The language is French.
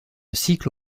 cycle